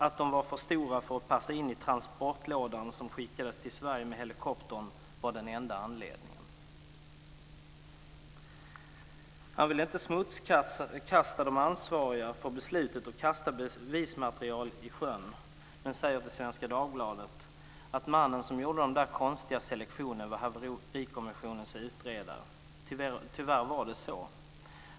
Att de var för stora för att passa in i transportlådan, som skickades till Sverige med helikoptern, var den enda anledningen. Hanuliak vill inte smutskasta de ansvariga för beslutet att kasta bevismaterial i sjön men säger till Svenska Dagbladet att mannen som gjorde de där konstiga selektionerna var Haverikommissionens utredare - tyvärr var det så.